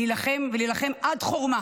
להילחם ולהילחם עד חורמה